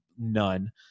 none